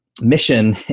mission